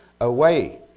away